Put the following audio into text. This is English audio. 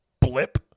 blip